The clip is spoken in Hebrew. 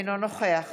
אינו נוכח